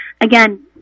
Again